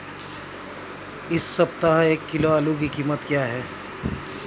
इस सप्ताह एक किलो आलू की कीमत क्या है?